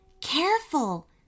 Careful